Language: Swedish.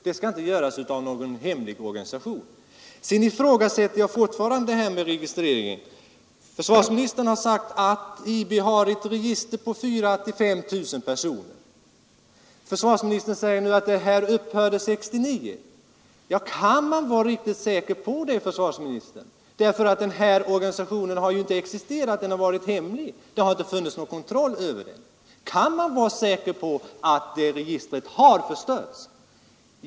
Det skall inte göras av någon 18 maj 1973 hemlig byrå. Fortfarande ifrågasätter jag också uppgifterna om registreringen. Försvarsministern har sagt att IB har ett register på 4 000—-5 000 personer, men han tillägger att registreringen upphörde 1969. Kan man vara riktigt säker på det, herr försvarsminister? Den här organisationen har ju inte existerat öppet. Den har varit hemlig, och det har inte funnits någon kontroll över den. Kan man då vara säker på att registret har förstörts?